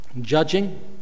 judging